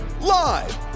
live